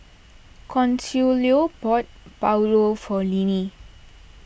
Consuelo bought Pulao for Linnie